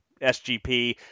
sgp